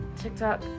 TikTok